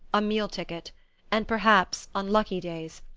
a meal-ticket and perhaps, on lucky days,